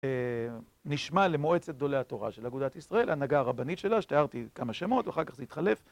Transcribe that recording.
נשמע למועצת גדולי התורה של אגודת ישראל, ההנהגה הרבנית שלה, שתיארתי כמה שמות, ואחר כך זה התחלף...